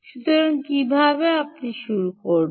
সুতরাং কিভাবে আপনি শুরু করবেন